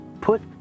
put